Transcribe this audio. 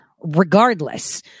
Regardless